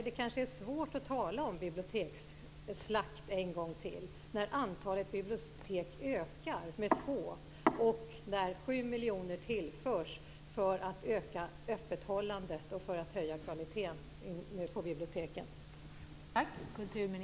Det kanske är svårt att tala om biblioteksslakt en gång till när antalet bibliotek ökar med två och när 7 miljoner tillförs för att öka öppethållandet och höja kvaliteten på biblioteken.